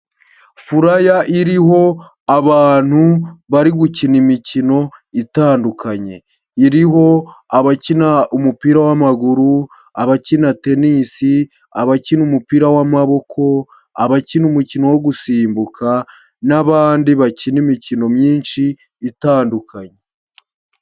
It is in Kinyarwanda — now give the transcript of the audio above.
Furaya iriho abantu bari gukina imikino itandukanye, iriho abakina umupira w'amaguru, abakina tenisi, abakina umupira w'amaboko, abakina umukino wo gusimbuka n'abandi bakina imikino myinshi itandukanye.